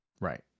Right